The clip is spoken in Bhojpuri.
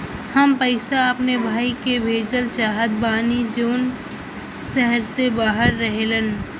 हम पैसा अपने भाई के भेजल चाहत बानी जौन शहर से बाहर रहेलन